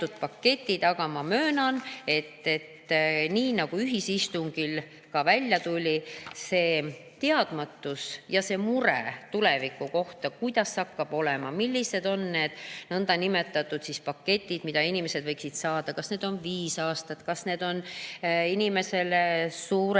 Aga ma möönan, nii nagu ka ühisistungil välja tuli: see teadmatus ja mure tuleviku pärast – kuidas hakkab olema, millised on need niinimetatud paketid, mida inimesed võiksid saada, kas need on viis aastat, kas need on inimesele suurem